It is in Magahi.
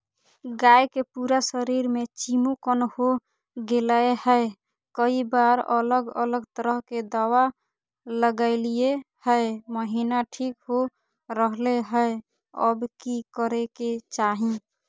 गाय के पूरा शरीर में चिमोकन हो गेलै है, कई बार अलग अलग तरह के दवा ल्गैलिए है महिना ठीक हो रहले है, अब की करे के चाही?